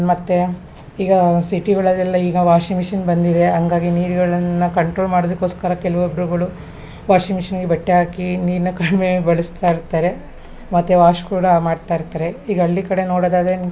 ಮತ್ತು ಈಗ ಸಿಟಿಗಳಲ್ಲೆಲ್ಲ ಈಗ ವಾಷಿಂಗ್ ಮಿಷಿನ್ ಬಂದಿದೆ ಹಂಗಾಗಿ ನೀರ್ಗಳನ್ನು ಕಂಟ್ರೋಲ್ ಮಾಡೋದಿಕೋಸ್ಕರ ಕೆಲವೊಬ್ರುಗಳು ವಾಷಿಂಗ್ ಮಿಷನಿಗೆ ಬಟ್ಟೆ ಹಾಕಿ ನೀರನ್ನ ಕಡಿಮೆ ಬಳಸ್ತಾ ಇರ್ತಾರೆ ಮತ್ತು ವಾಶ್ ಕೂಡ ಮಾಡ್ತಾ ಇರ್ತಾರೆ ಈಗ ಹಳ್ಳಿ ಕಡೆ ನೋಡೋದಾದರೆ